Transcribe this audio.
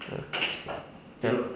err then